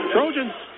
Trojans